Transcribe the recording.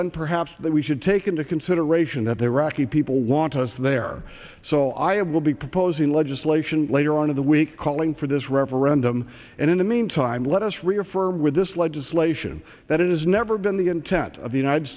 then perhaps that we should take into consideration that the rocky people want us there so i am will be proposing legislation later on in the week calling for this referendum and in the meantime let us reaffirm with this legislation that it has never been the intent of the united